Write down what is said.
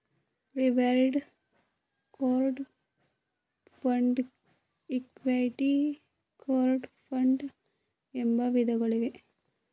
reward crowd fund, equity crowd fund ಎಂಬ ವಿಧಗಳಿವೆ